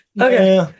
Okay